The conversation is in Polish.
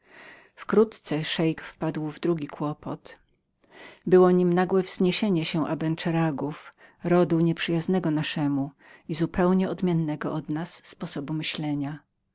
wkrótce szeik wpadł w drugi kłopot było nim nagłe wzniesienie się abenseragów rodu nieprzyjaznego naszemu i zupełnie odmiennego z nami sposobu myślenia